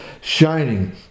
shining